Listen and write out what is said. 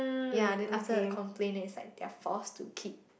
ya then after the complain then is like they're forced to keep